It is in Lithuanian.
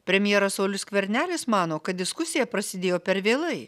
premjeras saulius skvernelis mano kad diskusija prasidėjo per vėlai